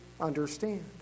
understand